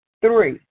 Three